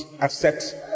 accept